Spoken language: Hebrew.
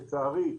לצערי,